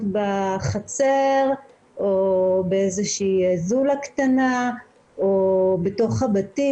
בחצר או באיזושהי זולה קטנה או בתוך הבתים.